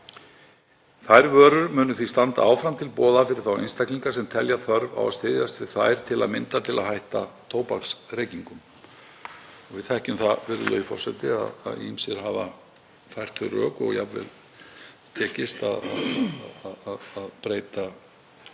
Þær vörur munu því standa áfram til boða fyrir þá einstaklinga sem telja þörf á að styðjast við þær, til að mynda til að hætta tóbaksreykingum. Við þekkjum það, virðulegur forseti, að ýmsir hafa fært fram þau rök og jafnvel tekist að breyta neyslu